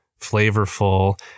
flavorful